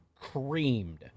creamed